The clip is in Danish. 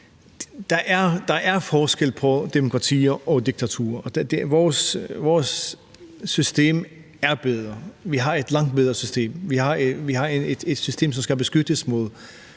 der er forskel på demokratier og diktaturer. Vores system er bedre. Vi har et langt bedre system, vi har et system, som skal beskyttes mod